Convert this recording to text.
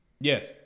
Yes